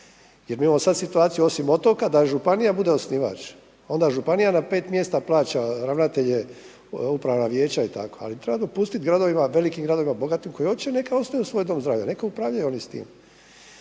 Jer mi imamo sada situaciju osim otoka da županija bude osnivač, onda županija na pet mjesta plaća ravnatelje, upravna vijeća i tako. Ali treba dopustiti gradovima velikim gradovima, bogatim gradovima koji hoće neka osnuju svoj dom zdravlja, neka upravljaju oni s tim.